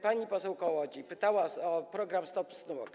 Pani poseł Kołodziej pytała o program „Smog stop”